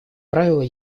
правило